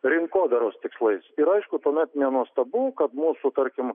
rinkodaros tikslais ir aišku tuomet nenuostabu kad mūsų tarkim